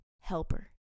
Helper